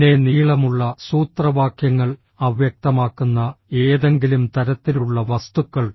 പിന്നെ നീളമുള്ള സൂത്രവാക്യങ്ങൾ അവ്യക്തമാക്കുന്ന ഏതെങ്കിലും തരത്തിലുള്ള വസ്തുക്കൾ